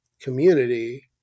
community